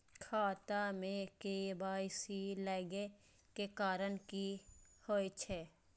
खाता मे के.वाई.सी लागै के कारण की होय छै?